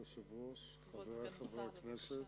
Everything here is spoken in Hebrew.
כבוד היושב-ראש, חברי חברי הכנסת,